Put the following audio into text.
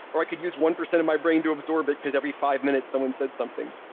or i could use one percent of my brain to absorb it, because every five minutes someone said something.